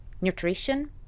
nutrition